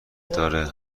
داره